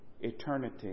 eternity